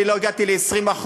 אני לא הגעתי ל-20%.